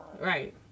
Right